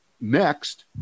next